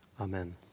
Amen